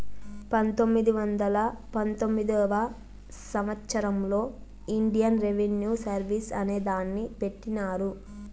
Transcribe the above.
పంతొమ్మిది వందల పంతొమ్మిదివ సంవచ్చరంలో ఇండియన్ రెవిన్యూ సర్వీస్ అనే దాన్ని పెట్టినారు